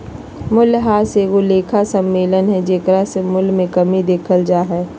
मूल्यह्रास एगो लेखा सम्मेलन हइ जेकरा से मूल्य मे कमी देखल जा हइ